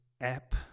app